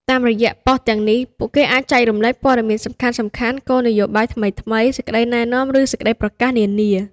តាមរយៈប៉ុស្តិ៍ទាំងនេះ ពួកគេអាចចែករំលែក ព័ត៌មានសំខាន់ៗ គោលនយោបាយថ្មីៗ សេចក្តីណែនាំ និងសេចក្តីប្រកាសនានា។